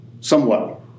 somewhat